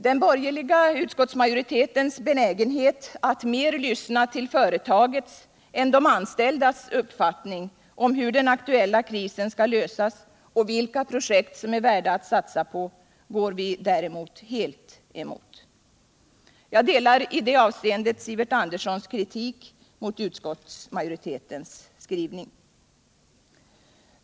Den borgerliga utskottsmajoritetens benägenhet att mer lyssna till företagets än till de anställdas uppfattning om hur den aktuella krisen skall lösas och vilka projekt som är värda att satsa på går vi däremot helt emot. Jag instämmer i det avseendet i Sivert Anderssons kritik mot utskottsmajoritetens skrivning.